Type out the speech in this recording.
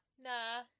nah